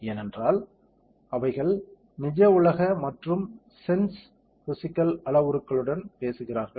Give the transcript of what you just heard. ஏனென்றால் அவைகள் நிஜ உலக மற்றும் சென்ஸ்ஸ் பிஸிக்கல் அளவுருக்களுடன் பேசுகிறார்கள்